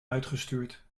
uitgestuurd